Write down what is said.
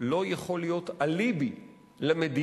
לא יכול להיות אליבי למדינה